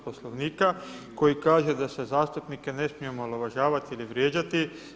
Poslovnika koji kaže da se zastupnike ne smije omalovažavati ili vrijeđati.